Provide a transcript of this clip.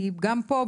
כי גם פה,